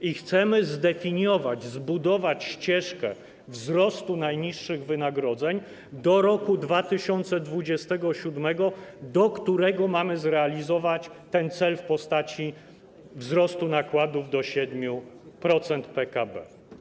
I chcemy zdefiniować, zbudować ścieżkę wzrostu najniższych wynagrodzeń do roku 2027, do którego mamy zrealizować ten cel w postaci wzrostu nakładów do 7% PKB.